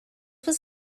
was